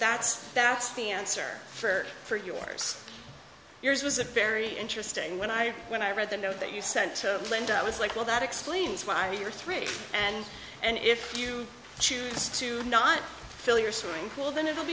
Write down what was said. that's that's the answer for for yours yours was a very interesting when i when i read the note that you sent to lend i was like well that explains why you're three and and if you choose to not fill your swimming pool then it